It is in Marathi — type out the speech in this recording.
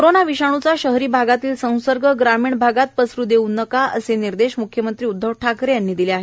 कोरोना विषाणूचा शहरी भागातला संसर्ग ग्रामीण भागात पसरू देऊ नका असे निर्देश मुख्यमंत्री उदधव ठाकरे यांनी दिले आहेत